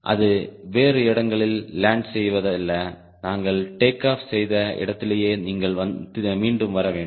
அது வேறு இடங்களில் லேண்ட் செய்வதல்ல நாங்கள் டேக் ஆஃப் செய்த இடத்திலேயே நீங்கள் மீண்டும் வர வேண்டும்